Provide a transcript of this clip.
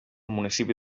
municipi